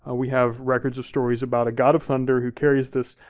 ah we have records of stories about a god of thunder who carries this